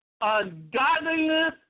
Ungodliness